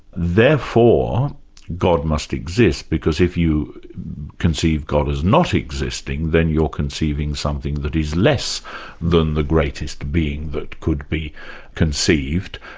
therefore god must exist, because if you conceive god is not existing, then you're conceiving something that is less than the greatest being that could be conceived,